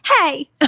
hey